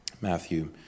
Matthew